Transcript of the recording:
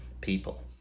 people